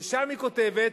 ושם היא כותבת,